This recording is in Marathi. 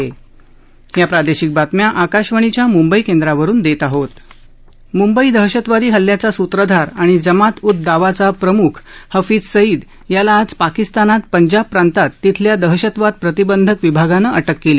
मूंबई दहशतवादी हल्ल्याचा सूत्रधार आणि जमात उद दावाचा प्रम्ख हफीझ सईद याला आज पाकिस्तानात पंजाब प्रांतात तिथल्या दहशतवाद प्रतिबंधक विभागानं अटक केली